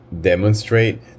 demonstrate